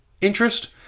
interest